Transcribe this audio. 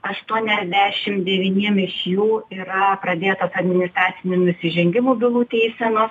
aštuoniasdešim devyniem iš jų yra pradėtos administracinių nusižengimų bylų teisenos